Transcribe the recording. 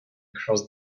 across